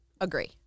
Agree